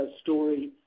story